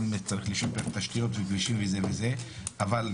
צריך לשפר את התשתיות וגם בפן ההסברה